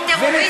לטרוריסט,